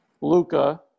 Luca